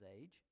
age